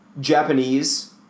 Japanese